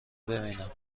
ببینم